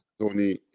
Tony